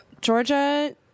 Georgia